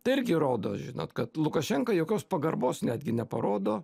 tai irgi rodo žinot kad lukašenka jokios pagarbos netgi neparodo